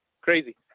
crazy